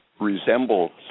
resemble